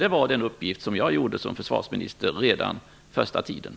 Det var den uppgift som jag utförde redan under min första tid som försvarsminister.